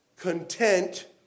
content